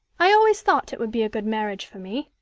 i always thought it would be a good marriage for me.